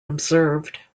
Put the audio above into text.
observed